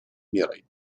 мерой